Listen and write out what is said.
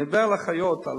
אני מדבר על אחיות.